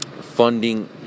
funding